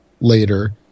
later